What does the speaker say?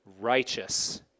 righteous